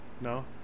No